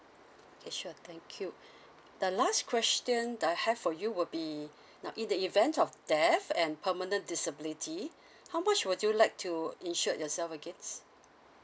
okay sure thank you the last question I have for you would be now in the event of death and permanent disability how much would you like to insured yourself against